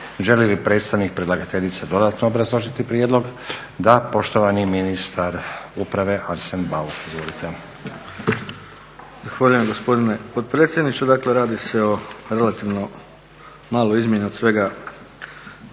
Želi li predstavnik predlagateljice dodatno obrazložiti prijedlog? Da. Poštovani ministar uprave, Arsen Bauk. Izvolite. **Bauk, Arsen (SDP)** Zahvaljujem gospodine potpredsjedniče. Dakle, radi se o relativno maloj izmjeni od svega